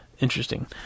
interesting